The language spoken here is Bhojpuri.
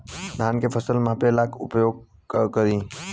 धान के फ़सल मापे ला का उपयोग करी?